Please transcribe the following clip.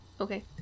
Okay